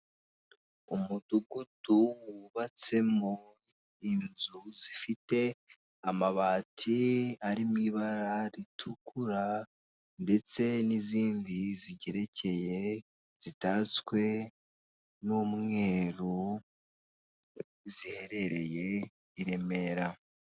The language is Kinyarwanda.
Umudugudu wubatsemo inzu zifite amabati ari mu ibara ritukura, ndetse n'izindi zigerekeye zitatswe n'umweruru ziherereye i Remera.